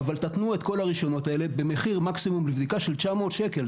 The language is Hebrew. אבל תתנו את כל הרישיונות האלה במחיר מקסימום לבדיקה של 900 שקל,